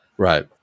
Right